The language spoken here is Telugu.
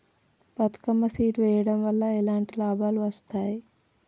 బతుకమ్మ సీడ్ వెయ్యడం వల్ల ఎలాంటి లాభాలు వస్తాయి?